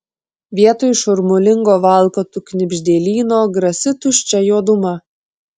vietoj šurmulingo valkatų knibždėlyno grasi tuščia juoduma